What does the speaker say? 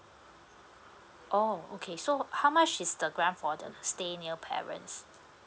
oh okay so how much is the grant for the stay near parents